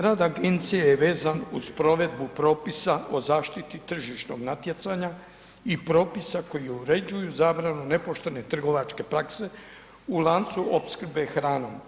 Rad agencije je vezan uz provedbu propisa o zaštiti tržišnog natjecanja i propisa koji uređuju zabranu nepoštene trgovačke prakse u lancu opskrbe hranom.